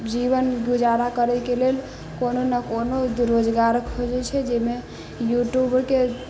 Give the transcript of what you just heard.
जीवन गुजारा करय के लेल कोनो ना कोनो रोजगार खोजै छै जैमे यूट्यूबरके